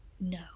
No